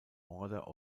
order